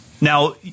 now